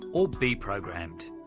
or be programmed.